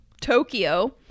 Tokyo